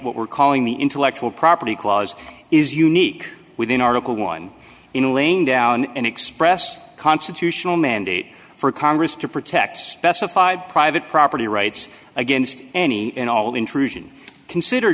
what we're calling the intellectual property clause is unique within article one in laying down an express constitutional mandate for congress to protect specified private property rights against any and all intrusion consider